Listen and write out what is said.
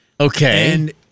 Okay